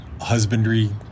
husbandry